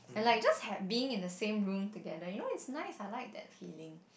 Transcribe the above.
and like just ha~ being in the same room together you know it's nice I like that feeling